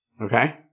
Okay